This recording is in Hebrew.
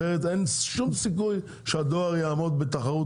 אחרת אין שום סיכוי שהדואר יעמוד בתחרות.